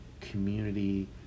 community